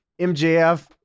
MJF